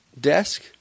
desk